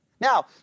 Now